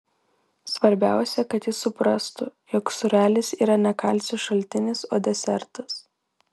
svarbiausia kad jis suprastų jog sūrelis yra ne kalcio šaltinis o desertas